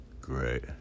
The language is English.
great